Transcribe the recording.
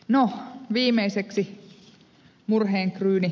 no viimeiseksi murheenkryyni